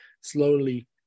slowly